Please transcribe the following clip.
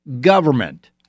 government